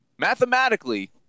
mathematically